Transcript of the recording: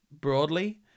broadly